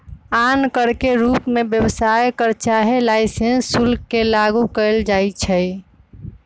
आन कर के रूप में व्यवसाय कर चाहे लाइसेंस शुल्क के लागू कएल जाइछै